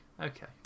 okay